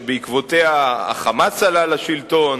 שבעקבותיה ה"חמאס" עלה לשלטון,